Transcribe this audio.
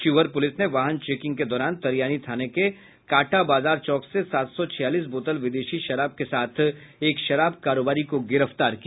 Sheohar police ने वाहन checking के दौरान तरियानी थाने के काटा बाजार चौक से सात सौ छियालीस बोतल विदेशी शराब के साथ एक शराब कारोबारी को गिरफ्तार किया